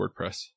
WordPress